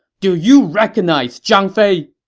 do you recognize zhang fei!